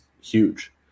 huge